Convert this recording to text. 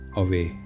away